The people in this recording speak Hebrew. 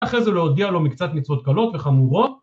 אחרי זה להודיע לו מקצת מצוות קלות וחמורות